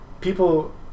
people